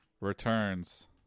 returns